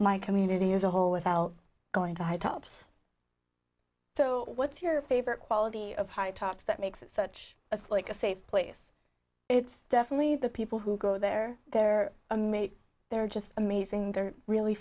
my community as a whole without going to high tops so what's your favorite quality of high tops that makes it such a slick a safe place it's definitely the people who go there they're a mate they're just amazing they're really